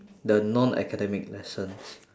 the non academic lessons